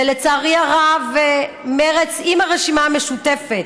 ולצערי הרב מרצ, עם הרשימה המשותפת,